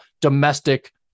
domestic